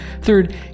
third